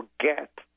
forget